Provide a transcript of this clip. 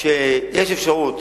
כשיש אפשרות